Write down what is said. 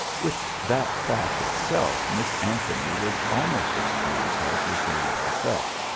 with that fact itself miss anthony was almost as pleased as was david himself,